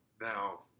now